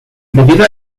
debido